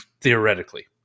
Theoretically